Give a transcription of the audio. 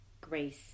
grace